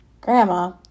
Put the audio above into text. Grandma